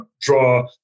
draw